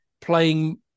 playing